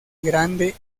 grande